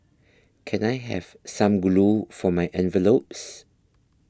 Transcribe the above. can I have some glue for my envelopes